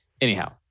Anyhow